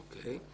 אוקי.